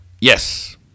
Yes